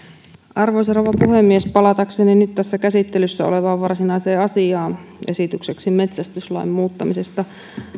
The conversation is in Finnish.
arvoisa rouva puhemies palatakseni nyt tässä käsittelyssä olevaan varsinaiseen asiaan esitykseen metsästyslain muuttamisesta